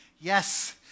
Yes